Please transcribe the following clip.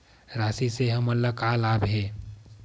राशि से हमन ला का लाभ हे?